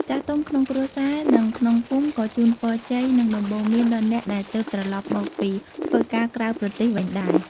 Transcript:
ចាស់ទុំក្នុងគ្រួសារ និងក្នុងភូមិក៏ជូនពរជ័យ និងដំបូន្មានដល់អ្នកដែលទើបត្រឡប់មកពីធ្វើការក្រៅប្រទេសវិញដែរ។